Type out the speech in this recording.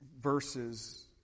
verses